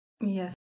Yes